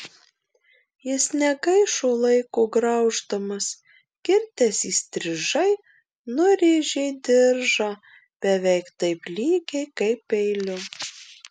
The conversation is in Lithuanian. jis negaišo laiko grauždamas kirtęs įstrižai nurėžė diržą beveik taip lygiai kaip peiliu